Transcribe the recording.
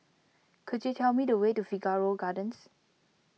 could you tell me the way to Figaro Gardens